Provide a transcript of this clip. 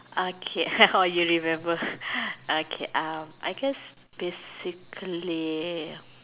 okay !wah! you remember okay um I guess basically